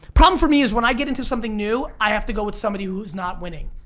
problem for me is when i get into something new, i have to go with somebody who's not winning.